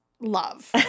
love